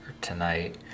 tonight